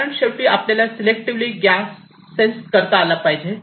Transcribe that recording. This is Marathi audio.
कारण शेवटी आपल्याला सिलेक्टिव्हली गॅस सेन्स करता आला पाहिजे